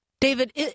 David